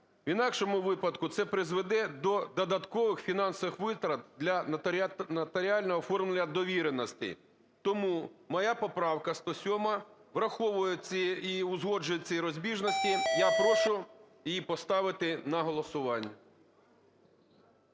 В інакшому випадку це призведе до додаткових фінансових витрат для нотаріального оформлення довіреності. Тому моя поправка 107 враховує і узгоджує ці розбіжності. Я прошу її поставити на голосування.